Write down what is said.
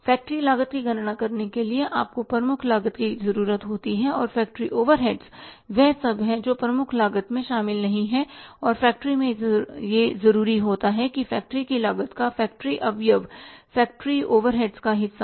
factory लागत की गणना करने के लिए आपको प्रमुख लागत की जरूरत होती है और फ़ैक्टरी ओवर हेड वह सब है जो प्रमुख लागत में शामिल नहीं होती है और फ़ैक्टरी में यह जरूरी होता है कि फ़ैक्टरी की लागत का फ़ैक्टरी अवयव फ़ैक्टरी ओवरहेड्स का हिस्सा हो